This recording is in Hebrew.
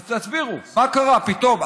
אז תסבירו, מה קרה פתאום?